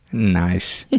nice.